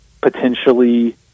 potentially